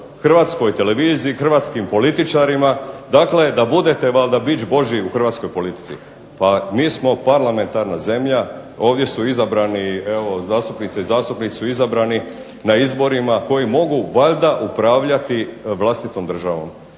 Hrvatskoj televiziji, hrvatskim političarima, dakle da budete valjda bič božji u Hrvatskoj politici. Pa mi smo parlamentarna zemlja, ovdje su izabrani, evo zastupnice i zastupnici su izabrani na izborima koji mogu valjda upravljati vlastitom državom.